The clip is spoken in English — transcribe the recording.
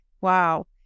Wow